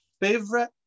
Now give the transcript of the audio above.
Favorite